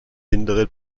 hintere